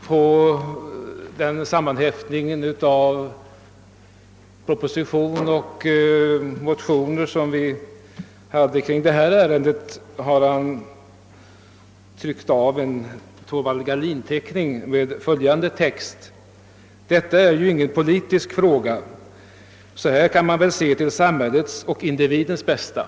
Vid behandlingen av den proposition och de motioner som avdelningen behandlat i detta ärende häftade sekreteraren till handlingarna en liten teckning av Torvald Gahlin med texten: »Detta är ingen politisk fråga, så här kan man väl se till samhällets och individens bästa».